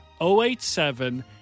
087